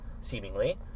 seemingly